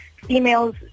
females